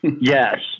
Yes